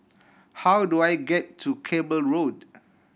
how do I get to Cable Road